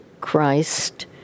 Christ